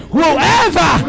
whoever